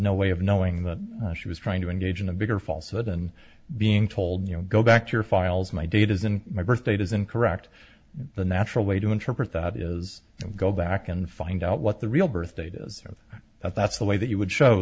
no way of knowing that she was trying to engage in a bigger falsehood and being told you know go back to your files my date is in my birth date is incorrect the natural way to interpret that is go back and find out what the real birth date is that that's the way that you would show